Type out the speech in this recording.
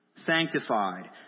Sanctified